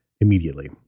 immediately